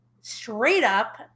straight-up